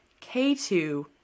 K2